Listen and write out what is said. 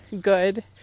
good